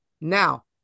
Now